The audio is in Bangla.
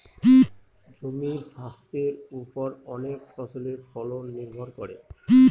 জমির স্বাস্থের ওপর অনেক ফসলের ফলন নির্ভর করে